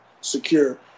secure